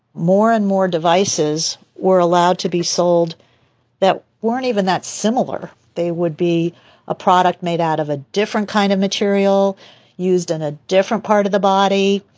more and more devices were allowed to be sold that weren't even that similar. they would be a product made out of a different kind of material used in a different part of the body,